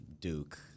duke